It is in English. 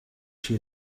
she